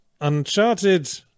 Uncharted